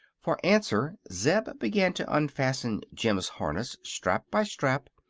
for answer zeb began to unfasten jim's harness, strap by strap,